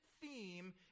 theme